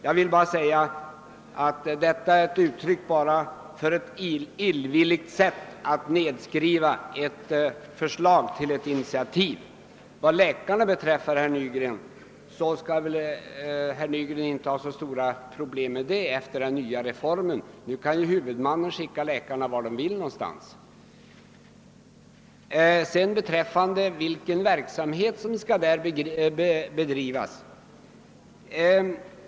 Jag vill bara säga att detta är ett uttryck för ett illvilligt sätt att nedvärdera ett förslag till ett initiativ. Vad läkarna beträffar, herr Nygren, behöver väl inte herr Nygren ha så stora problem efter den nya reformen. Nu kan huvudmännen skicka läkarna vart de vill. Så är det frågan vilken verksamhet som skall bedrivas vid anläggningen.